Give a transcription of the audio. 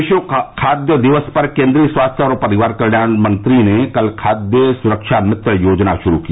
विश्व खाद्य दिवस पर केन्द्रीय स्वास्थ्य और परिवार कल्याण मंत्री ने कल खाद्य सुरक्षा मित्र योजना शुरू की